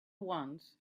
once